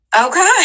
okay